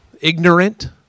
ignorant